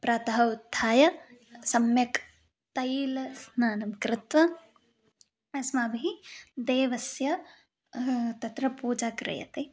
प्रातः उत्थाय सम्यक् तैलस्नानं कृत्वा अस्माभिः देवस्य तत्र पूजा क्रियते